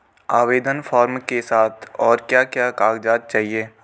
आवेदन फार्म के साथ और क्या क्या कागज़ात चाहिए?